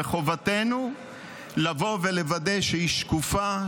וחובתנו לבוא ולוודא שהיא שקופה,